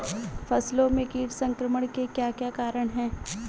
फसलों में कीट संक्रमण के क्या क्या कारण है?